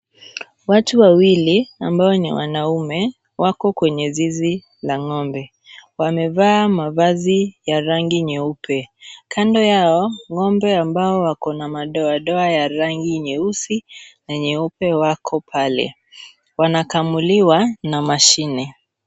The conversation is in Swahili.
Watu wawili, ambao ni wanaume wako kwenye zizi la ng'ombe. Wamevaa mavazi ya rangi nyeupe. Kando yao ng'ombe ambao wako na madoadoa ya rangi nyeusi na nyeupe wako pale wanakamuliwa na mashine.